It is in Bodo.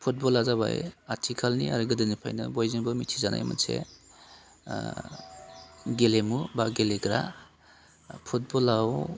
फुटबला जाबाय आथिखालनि आरो गोदोनिफ्रायनो बयजोंबो मिथिजानाय मोनसे गेलेमु बा गेलेग्रा फुटबलाव